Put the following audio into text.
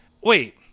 Wait